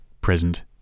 present